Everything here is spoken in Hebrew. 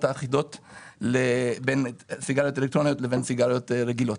האחידות בין סיגריות אלקטרוניות לבין סיגריות רגילות.